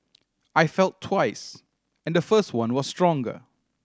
I felt twice and the first one was stronger